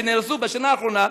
שנהרסו בשנה האחרונה,